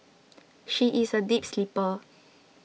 she is a deep sleeper